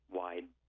wide